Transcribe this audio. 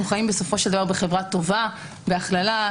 בחברה טובה, בהכללה.